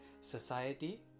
society